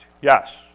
Yes